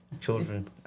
Children